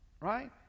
Right